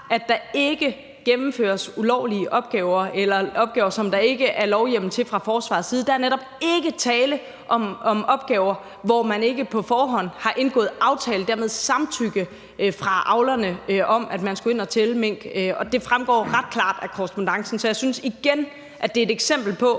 at der ikke gennemføres ulovlige opgaver eller opgaver, der ikke er lovhjemmel til, fra forsvarets side. Der er netop ikke tale om opgaver, hvor man ikke på forhånd har indgået aftale og dermed fået samtykke fra avlerne om, at man skulle ind og tælle mink, og det fremgår ret klart af korrespondancen. Så jeg synes igen, at det er et eksempel på,